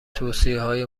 توصیههای